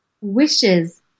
Wishes